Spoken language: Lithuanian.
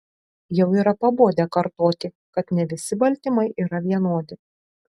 jau yra pabodę kartoti kad ne visi baltymai yra vienodi